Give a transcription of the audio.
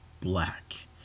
black